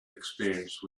experience